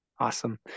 Awesome